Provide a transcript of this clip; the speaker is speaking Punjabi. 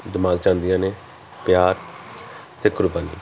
ਦਿਮਾਗ 'ਚ ਆਉਂਦੀਆਂ ਨੇ ਪਿਆਰ ਅਤੇ ਕੁਰਬਾਨੀ